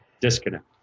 disconnect